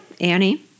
Annie